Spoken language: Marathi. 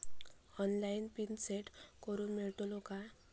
ऑनलाइन पिन सेट करूक मेलतलो काय?